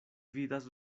vidas